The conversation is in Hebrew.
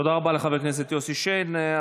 תודה רבה לחבר הכנסת יוסי שיין.